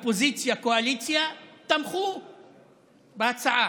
אופוזיציה, קואליציה, תמכו בהצעה.